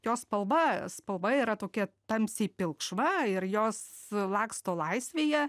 jos spalva spalva yra tokia tamsiai pilkšva ir jos laksto laisvėje